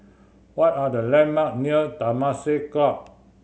what are the landmark near Temasek Club